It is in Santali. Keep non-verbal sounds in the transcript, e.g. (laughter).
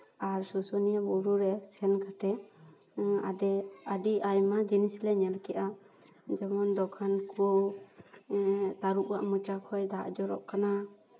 ᱟᱨ ᱥᱩᱥᱩᱱᱤᱭᱟᱹ ᱵᱩᱨᱩ ᱨᱮ ᱥᱮ ᱠᱟᱛᱮ ᱟᱰᱮ (unintelligible) ᱟᱹᱰᱤ ᱟᱭᱢᱟ ᱡᱤᱱᱤᱥ ᱞᱮ ᱧᱮᱞ ᱠᱮᱜᱼᱟ ᱡᱮᱢᱚᱱ ᱫᱚᱠᱟᱱ ᱠᱚ ᱛᱟᱹᱨᱩᱵᱟᱜ ᱢᱚᱪᱟ ᱠᱷᱚᱱ ᱫᱟᱜ ᱡᱚᱨᱚᱜ ᱠᱟᱱᱟ